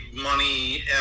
money